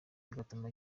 bigatuma